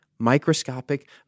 microscopic